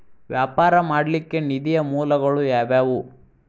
ವ್ಯಾಪಾರ ಮಾಡ್ಲಿಕ್ಕೆ ನಿಧಿಯ ಮೂಲಗಳು ಯಾವ್ಯಾವು?